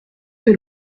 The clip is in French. que